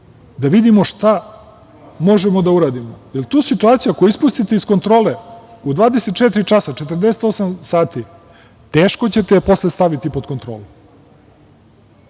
da vidimo šta možemo da uradimo, jer tu situaciju ako ispustite iz kontrole u 24 časa, 48 sati teško ćete posle staviti pod kontrolom. Mi